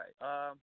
right